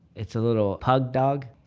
it's a little pug dog.